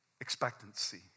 expectancy